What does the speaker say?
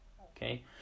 Okay